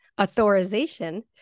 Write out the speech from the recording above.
authorization